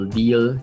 deal